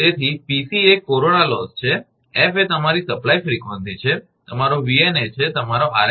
તેથી 𝑃𝑐 એ corona loss છે 𝑓 એ તમારી સપ્લાય ફ્રિકવન્સી છે તમારો 𝑉𝑛 એ છે તમારો r